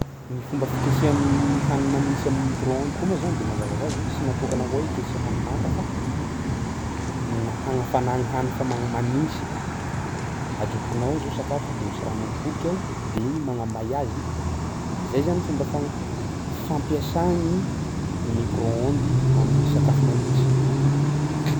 Ny fomba fiketreha ny hany manintsy am'micro-ondes koa moa zany de mazava hoazy hoe sy natokana hoe iketreha hany manta fa na hagnafa gny hany fa magn- manintsy, ajobokinao ao zao sakafo de misy raha miholikolika ao de igny magnamay azy. Zay zany fomba fa- fampiasà gny micro-ondes amin'ny sakafo manintsy.